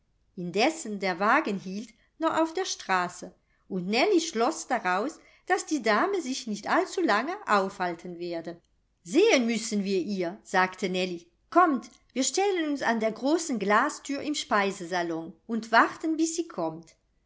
der wagen hielt noch auf der straße und nellie schloß daraus daß die dame sich nicht allzulange aufhalten werde sehen müssen wir ihr sagte nellie kommt wir stellen uns an der großen glasthür im speisesalon und warten bis sie kommt